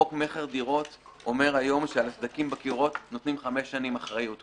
חוק מכר דירות אומר שעל סדקים בקירות נותנים חמש שנים אחריות,